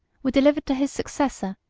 were delivered to his successor,